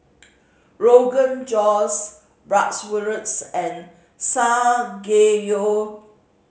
Rogan Josh Bratwurst and